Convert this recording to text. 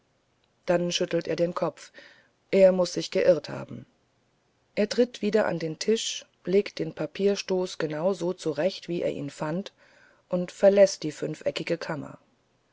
dann schüttelt er den kopf er muß sich geirrt haben er tritt wieder an den tisch legt den papierstoß genau so zurecht wie er ihn fand und verläßt die fünfeckige kammer